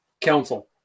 Council